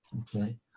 okay